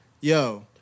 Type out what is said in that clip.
Yo